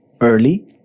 early